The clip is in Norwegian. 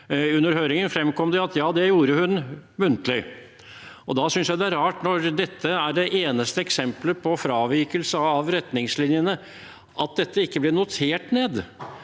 Under høringen fremkom det at ja, det gjorde hun muntlig. Da synes jeg det er rart, når dette er det eneste eksempelet på fravikelse av retningslinjene, at det ikke blir notert ned.